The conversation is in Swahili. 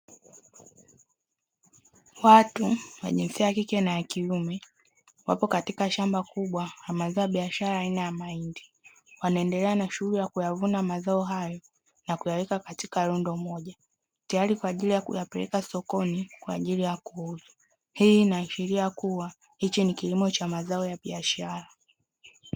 Watu wa jinsia ya kike na ya kiume wapo katika shamba kubwa la mazao ya biashara aina ya mahindi wanaendelea na shughuli ya kuyavuna mazao hayo na kuyaweka katika rundo moja, tayari kwa ajili ya kuyapeleka sokoni kwa ajili ya kuuza; hii inaashiria kuwa hichi ni kilimo cha mazao ya biashara.